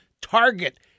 target